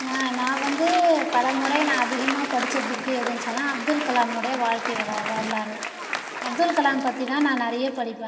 நான் நான் வந்து பலமுறை நான் அதிகமாக படிச்ச புக் எதுன்னு சொன்னால் அப்துல்கலாம் உடைய வாழ்க்கை வலா வரலாறு அப்துல்கலாம் பத்தி தான் நான் நிறைய படிப்பேன்